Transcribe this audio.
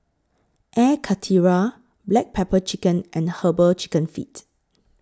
Air Karthira Black Pepper Chicken and Herbal Chicken Feet